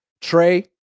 Trey